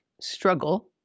struggle